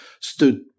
stood